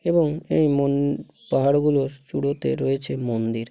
এবং এই মন পাহাড়গুলোর চূড়োতে রয়েছে মন্দির